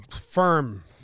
firm